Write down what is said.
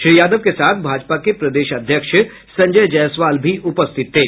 श्री यादव के साथ भाजपा के प्रदेश अध्यक्ष संजय जायसवाल भी उपस्थित थे